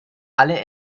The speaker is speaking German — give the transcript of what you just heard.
alle